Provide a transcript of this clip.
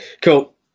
cool